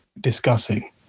discussing